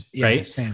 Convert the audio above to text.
right